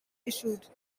issued